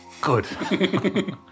Good